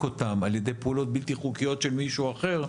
אותן על ידי פעולות בלתי חוקיות של מישהו אחר,